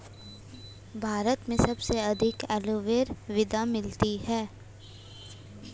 भारत में सबसे अधिक अलूवियल मृदा मिलती है